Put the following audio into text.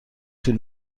طول